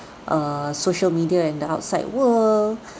err social media and the outside world